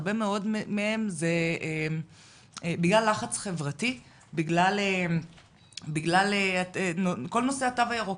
הרבה מאוד מהם זה בגלל לחץ חברתי בגלל כל נושא התו הירוק.